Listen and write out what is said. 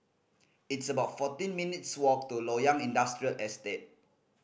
it's about fourteen minutes' walk to Loyang Industrial Estate